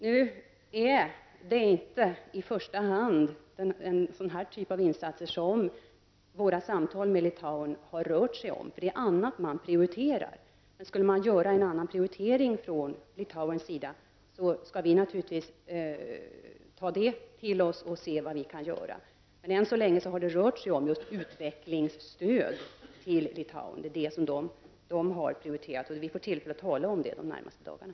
Nu är det inte i första hand den här typen av insatser som våra samtal med Litauen har rört sig om. Det är annat man prioriterar. Skulle man göra en annan prioritering från Litauens sida, skall vi naturligtvis ta det till oss och se vad vi kan göra. Än så länge har det alltså rört sig om utvecklingsstöd till Litauen -- man har prioriterat det. Vi får ju tillfälle att tala om detta de närmaste dagarna.